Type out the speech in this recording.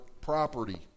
property